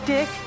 Dick